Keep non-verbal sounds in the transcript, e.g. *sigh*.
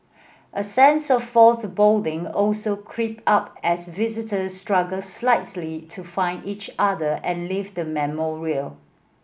a sense of *unintelligible* also creep up as visitors struggle slightly to find each other and leave the memorial